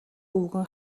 өвгөн